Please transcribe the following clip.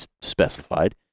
specified